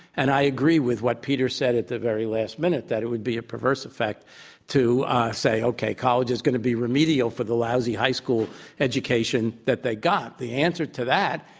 and i agree with what peter said at the very last minute, that it would be a perverse effect to say, okay, college is going to be remedial for the lousy high school education that they got. the answer to that,